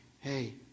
hey